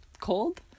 cold